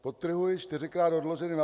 Podtrhuji čtyřikrát odloženo.